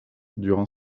durant